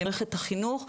במערכת החינוך,